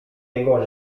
jego